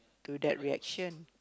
to that reaction